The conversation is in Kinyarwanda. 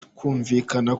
twumvikana